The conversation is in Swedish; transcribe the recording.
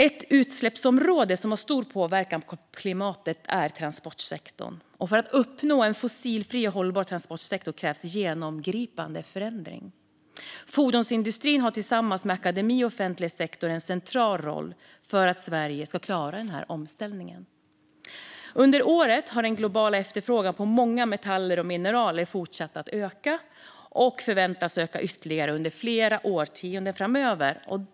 Ett utsläppsområde som har stor påverkan på klimatet är transportsektorn. För att uppnå en fossilfri och hållbar transportsektor krävs genomgripande förändring. Fordonsindustrin har tillsammans med akademi och offentlig sektor en central roll för att Sverige ska klara denna omställning. Under året har den globala efterfrågan på många metaller och mineral fortsatt att öka och förväntas öka ytterligare under flera årtionden framöver.